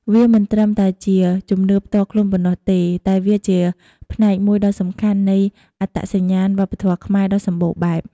វាមិនត្រឹមតែជាជំនឿផ្ទាល់ខ្លួនប៉ុណ្ណោះទេ តែវាជាផ្នែកមួយដ៏សំខាន់នៃអត្តសញ្ញាណវប្បធម៌ខ្មែរដ៏សម្បូរបែប។